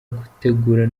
gutegura